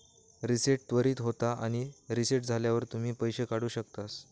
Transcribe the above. reset त्वरीत होता आणि रीसेट झाल्यावर तुम्ही पैशे काढु शकतास